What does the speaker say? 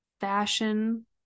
fashion